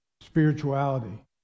spirituality